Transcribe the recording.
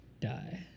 die